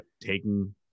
taking